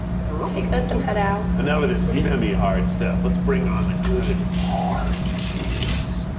girl. take this and head out. enough of the semi-hard stuff, let's bring on the good, hard cheese.